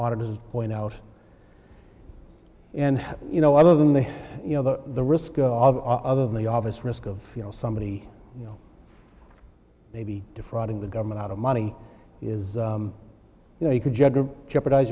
auditors point out and you know other than the you know the risk of other than the obvious risk of you know somebody you know maybe defrauding the government out of money is you know you could general jeopardize